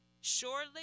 Surely